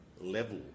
level